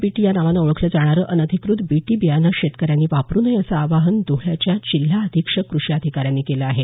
BT या नावानं ओळखलं जाणारं अनधिकृत बीटी बियाणं शेतकऱ्यांनी वापरू नये असं आवाहन धुळ्याच्या जिल्हा अधीक्षक कृषी अधिकाऱ्यांनी केलं आहे